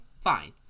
fine